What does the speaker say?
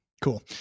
Cool